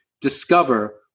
discover